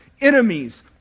enemies